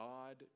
God